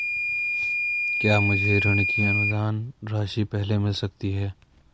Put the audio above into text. क्या मुझे ऋण की अनुदान राशि पहले मिल सकती है?